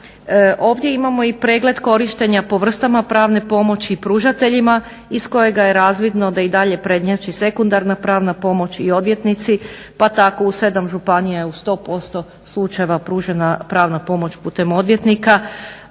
Ovdje imamo i pregled korištenja po vrstama pravne pomoći pružateljima iz kojega je razvidno da i dalje prednjači sekundarna pravna pomoć i odvjetnici. Pa tako u 7 županija je u 100% slučajeva pružena pravna pomoć putem odvjetnika